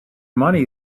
money